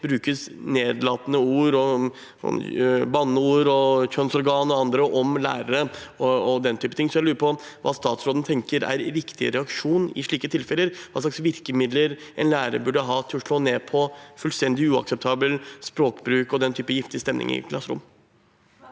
brukes nedlatende ord, banneord, ord for kjønnsorganer og andre ord om lærere. Jeg lurer på hva statsråden tenker er riktig reaksjon i slike tilfeller? Hva slags virkemidler burde en lærer ha til å slå ned på fullstendig uakseptabel språkbruk og en slik giftig stemning i et klasserom?